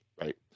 Right